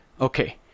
Okay